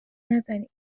نزنین